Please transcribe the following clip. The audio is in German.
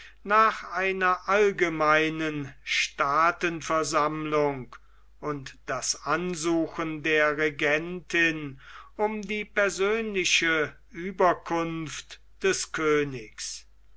nach einer allgemeinen staatenversammlung und das ansuchen der regentin um die persönliche ueberkunft des königs